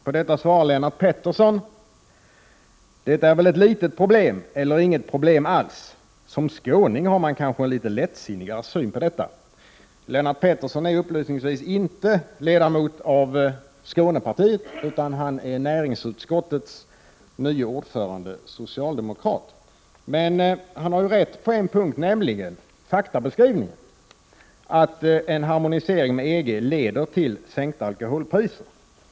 På detta svarar Lennart Pettersson: ”Det är väl ett litet problem, eller inget problem alls.” ”Som skåning har man kanske en lite lättsinnigare syn på detta.” Lennart Pettersson är upplysningsvis inte medlem av Skånepartiet utan näringsutskottets nye ordförande, socialdemokrat. Men han har rätt på en punkt, nämligen faktabeskrivningen, att en harmonisering med EG leder till sänkta alkoholpriser.